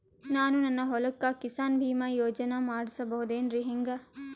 ನಾನು ನನ್ನ ಹೊಲಕ್ಕ ಕಿಸಾನ್ ಬೀಮಾ ಯೋಜನೆ ಮಾಡಸ ಬಹುದೇನರಿ ಹೆಂಗ?